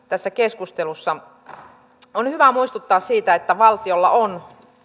tässä keskustelussa on hyvä muistuttaa siitä että valtiolla on